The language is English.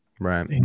Right